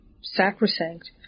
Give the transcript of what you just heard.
sacrosanct